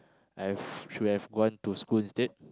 I've should've gone to school instead